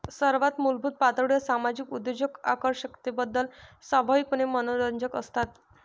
सर्वात मूलभूत पातळीवर सामाजिक उद्योजक आकर्षकतेबद्दल स्वाभाविकपणे मनोरंजक असतात